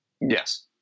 Yes